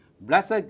Blessed